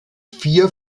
vier